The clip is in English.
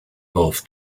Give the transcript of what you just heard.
both